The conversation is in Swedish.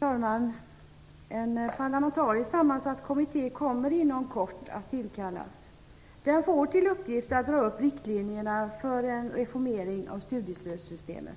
Herr talman! En parlamentariskt sammansatt kommitté kommer inom kort att tillkallas. Den får till uppgift att dra upp riktlinjer för en reformering av studiestödssystemet.